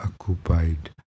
occupied